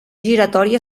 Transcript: giratòria